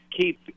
keep